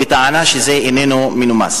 בטענה שזה לא מנומס.